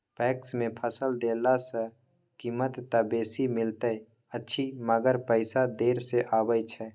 PACS मे फसल देला सॅ कीमत त बेसी मिलैत अछि मगर पैसा देर से आबय छै